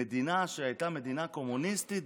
למדינה שהייתה קומוניסטית,